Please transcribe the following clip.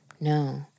no